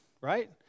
right